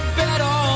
better